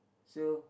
so